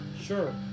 Sure